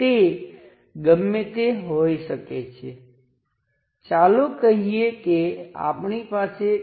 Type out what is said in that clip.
model અથવા તેના સમકક્ષ દ્વારા હું શું કહેવા માંગુ છું તે નીચે મુજબ છે